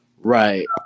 Right